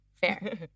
fair